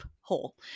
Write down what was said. hole